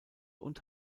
und